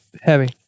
Heavy